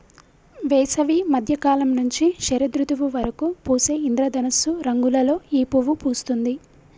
వేసవి మద్య కాలం నుంచి శరదృతువు వరకు పూసే ఇంద్రధనస్సు రంగులలో ఈ పువ్వు పూస్తుంది